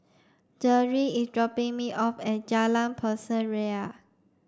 Deirdre is dropping me off at Jalan Pasir Ria